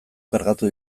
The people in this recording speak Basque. kargatu